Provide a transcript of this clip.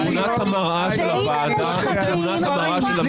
היו הרבה דפוקים גם.